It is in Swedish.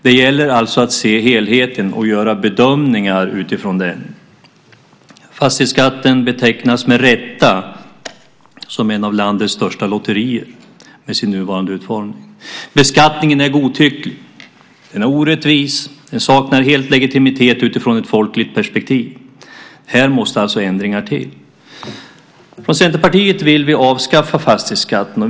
Det gäller alltså att se helheten och att göra bedömningar utifrån den. Fastighetsskatten betecknas med rätta som ett av landets största lotterier med sin nuvarande utformning. Beskattningen är godtycklig. Den är orättvis, och den saknar helt legitimitet i ett folkligt perspektiv. Här måste det alltså till ändringar. Vi i Centerpartiet vill avskaffa fastighetsskatten.